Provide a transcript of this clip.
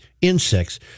Insects